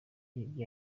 ndi